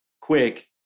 quick